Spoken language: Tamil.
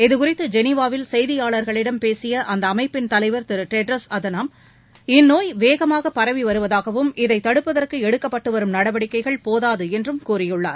இது குறித்து ஜெனிவாவாவில் செய்தியாளர்களிடம் பேசிய அந்த அமைப்பின் தலைவர் திரு டெட்ரோஸ் அதானம் இந்நோய் வேகமாக பரவி வருவதாகவும் இதை தடுப்பதற்கு எடுக்கப்பட்டு வரும் நடவடிக்கைகள் போதாது என்றும் கூறியுள்ளார்